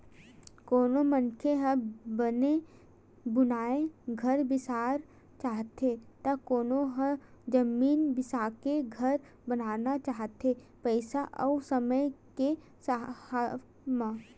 कोनो मनखे ह बने बुनाए घर बिसाना चाहथे त कोनो ह जमीन बिसाके घर बनाना चाहथे पइसा अउ समे के राहब म